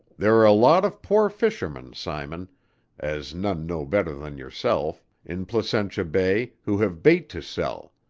there are a lot of poor fishermen, simon as none know better than yourself in placentia bay who have bait to sell,